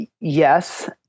yes